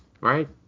right